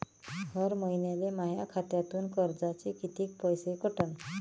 हर महिन्याले माह्या खात्यातून कर्जाचे कितीक पैसे कटन?